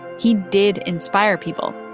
he did inspire people.